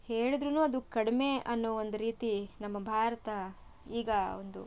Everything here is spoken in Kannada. ಹೇಳಿದರೂನು ಅದು ಕಡಿಮೆ ಅನ್ನೋ ಒಂದು ರೀತಿ ನಮ್ಮ ಭಾರತ ಈಗ ಒಂದು